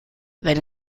wenn